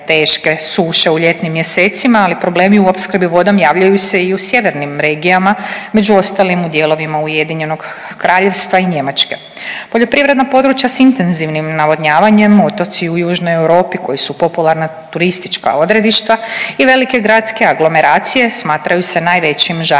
teške suše u ljetnim mjesecima, ali problem u opskrbi vodom javljaju se i u sjevernim regijama, među ostalim u dijelovima Ujedinjenog Kraljevstva i Njemačke. Poljoprivredna područja s intenzivnim navodnjavanjem, otoci u Južnoj Europi koji su popularna turistička odredišta i velike gradske aglomeracije smatraju se najvećim žarištima